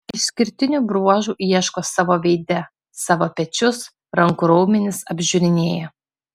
išskirtinių bruožų ieško savo veide savo pečius rankų raumenis apžiūrinėja